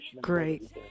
great